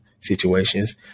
situations